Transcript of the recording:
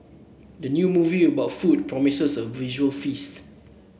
the new movie about food promises a visual feast